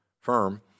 firm